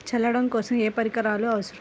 చల్లడం కోసం ఏ పరికరాలు అవసరం?